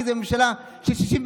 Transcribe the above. כי זאת ממשלה של 61,